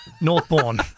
Northbourne